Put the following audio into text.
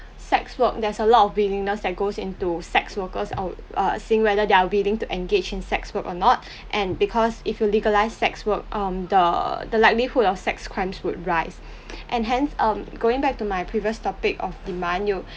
sex work there's a lot of willingness that goes into sex workers out uh seeing whether they're willing to engage in sex work or not and because if you legalise sex work um the the likelihood of sex crimes would rise and hence um going back to my previous topic of demand you